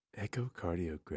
Echocardiogram